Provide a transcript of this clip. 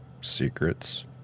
secrets